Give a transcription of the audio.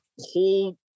whole